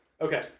Okay